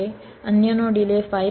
અન્યનો delay 5